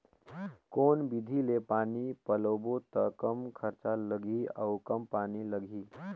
कौन विधि ले पानी पलोबो त कम खरचा लगही अउ कम पानी लगही?